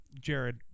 Jared